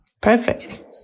Perfect